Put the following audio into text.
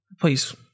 Please